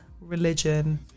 religion